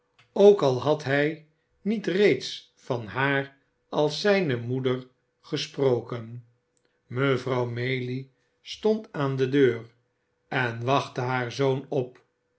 ook al had hij niet reeds van haar als zijne moeder gesproken mevrouw maylie stond aan de deur en wachtte haar zoon op